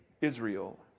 Israel